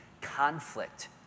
conflict